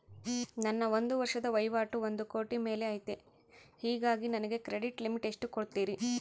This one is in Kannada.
ನನ್ನ ಒಂದು ವರ್ಷದ ವಹಿವಾಟು ಒಂದು ಕೋಟಿ ಮೇಲೆ ಐತೆ ಹೇಗಾಗಿ ನನಗೆ ಕ್ರೆಡಿಟ್ ಲಿಮಿಟ್ ಎಷ್ಟು ಕೊಡ್ತೇರಿ?